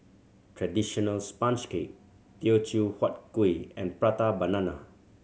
traditional sponge cake Teochew Huat Kuih and Prata Banana